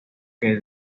que